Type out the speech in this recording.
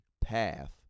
path